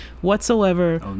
whatsoever